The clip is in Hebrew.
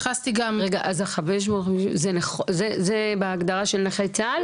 זה בהגדרה של נכי צה"ל?